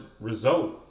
result